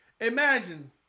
Imagine